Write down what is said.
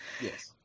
Yes